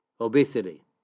obesity